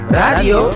radio